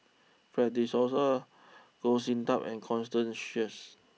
Fred De Souza Goh Sin Tub and Constance Sheares